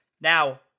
Now